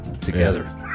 together